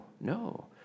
no